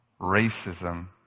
racism